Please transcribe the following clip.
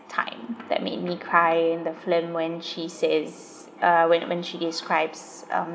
time that made me cry in the film when she say uh when when she describes um